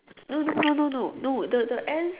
no no no no no no the the ants